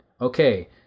okay